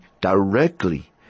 directly